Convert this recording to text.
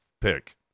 pick